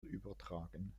übertragen